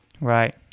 Right